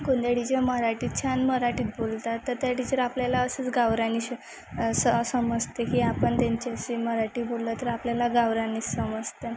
कोणत्या टीचर मराठीत छान मराठीत बोलतात तर त्या टीचर आपल्याला असंच गावरानी समजते की आपण त्यांच्याशी मराठी बोललं तर आपल्याला गावरानीच समजतं